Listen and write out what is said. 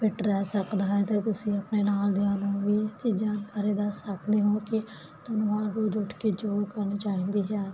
fit ਰਹਿ ਸਕਦਾ ਹੈ ਤੇ ਤੁਸੀਂ ਆਪਣੇ ਨਾਲ ਦਿਆਂ ਨੂੰ ਇਹਚ ਜਾਣਕਾਰੀ ਦੱਸ ਸਕਦੇ ਹੋ ਕਿ ਹਰ ਰੋਜ਼ ਉੱਠ ਕੇ ਯੋਗ ਕਰਨ ਜਾਂਦੀ ਹੈ ਓਕੇ